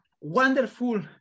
Wonderful